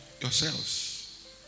yourselves